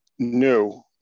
new